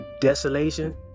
Desolation